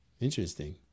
Interesting